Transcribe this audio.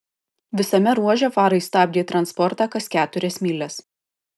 visame ruože farai stabdė transportą kas keturias mylias